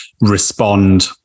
respond